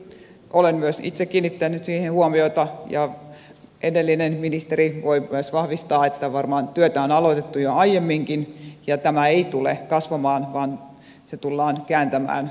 olen myös itse kiinnittänyt siihen huomiota ja edellinen ministeri voi myös vahvistaa että varmaan työ on aloitettu jo aiemminkin ja tämä ei tule kasvamaan vaan se tullaan kääntämään laskuun